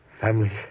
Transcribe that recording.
Family